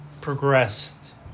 Progressed